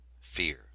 Fear